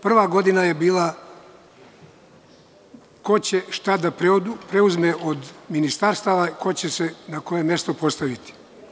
Prva godina je bila ko će šta da preuzme od ministarstava, ko će se na koje mesto postaviti.